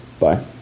Bye